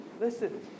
listen